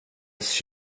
ens